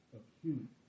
acute